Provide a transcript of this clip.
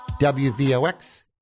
WVOX